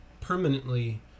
permanently